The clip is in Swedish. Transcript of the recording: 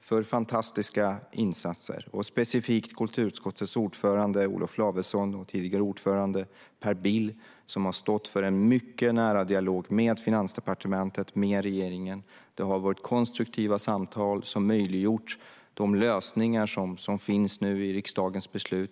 för fantastiska insatser, och jag vill specifikt tacka kulturutskottets ordförande Olof Lavesson och tidigare ordförande Per Bill, som har stått för en mycket nära dialog ned Finansdepartementet och regeringen. Det har varit konstruktiva samtal som har möjliggjort de lösningar som nu finns i riksdagens beslut.